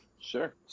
Sure